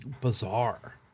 bizarre